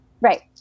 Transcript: Right